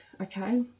okay